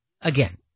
again